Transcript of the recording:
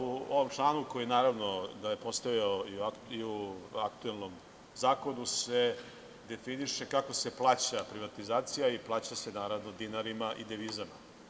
U ovom članu koji naravno da je postojao i u aktuelnom zakonu se definiše kako se plaća privatizacija i plaća se naravno dinarima i devizama.